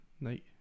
night